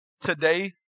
today